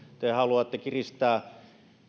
te haluatte kiristää